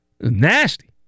Nasty